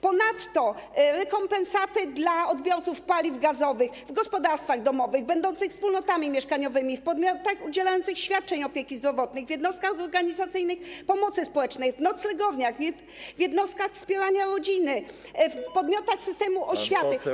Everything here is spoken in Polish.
Ponadto chodzi o rekompensaty dla odbiorców paliw gazowych w gospodarstwach domowych będących wspólnotami mieszkaniowymi, w podmiotach udzielających świadczeń opieki zdrowotnej, w jednostkach organizacyjnych pomocy społecznej, w noclegowniach, w jednostkach wspierania rodziny, w podmiotach systemu oświaty.